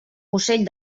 ocell